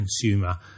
consumer